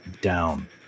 down